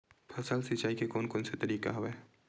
फसल सिंचाई के कोन कोन से तरीका हवय?